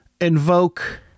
invoke